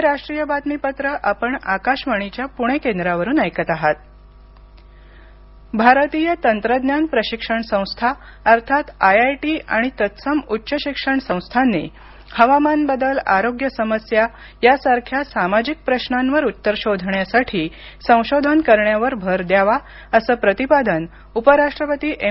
IIT Delhi भारतीय तंत्रज्ञान प्रशिक्षण संस्था अर्थात आयआयटी आणि तत्सम उच्च शिक्षण संस्थांनी हवामान बदल आरोग्य समस्या यासारख्या सामाजिक प्रश्नांवर उत्तर शोधण्यासाठी संशोधन करण्यावर भर द्यावा असं प्रतिपादन उपराष्ट्रपती एम